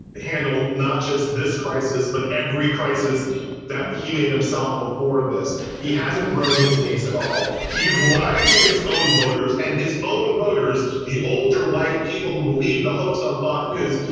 handled not just this crisis, but every crisis that he made himself before this he hasn't grown his base at all. she's lied to his own voters and his own voters. the older white people who believe the hoax on fox news,